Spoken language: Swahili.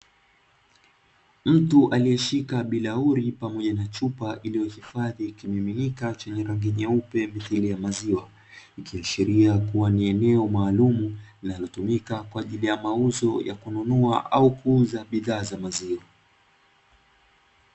Mtu aliyeshika bilauri pamoja na chupa iliyohifadhi kimiminika chenye rangi nyeupe mithili ya maziwa, ikiashiria kuwa ni eneo maalumu linalotumika kwa ajili ya mauzo ya kununua au kuuza bidhaa za maziwa.